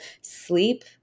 sleep